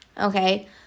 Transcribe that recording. Okay